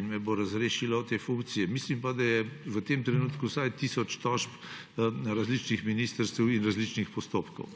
in me bo razrešilo te funkcije. Mislim pa, da je v tem trenutku vsaj tisoč tožb na različnih ministrstvih in različnih postopkov,